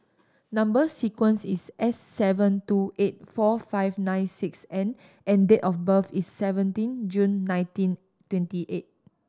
number sequence is S seven two eight four five nine six N and date of birth is seventeen June nineteen twenty eight